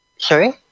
Sorry